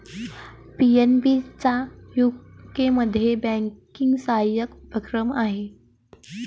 PNB चा यूकेमध्ये banking सहाय्यक उपक्रम आहे